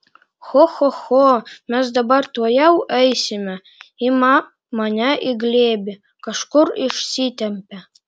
cho cho cho mes dabar tuojau eisime ima mane į glėbį kažkur išsitempia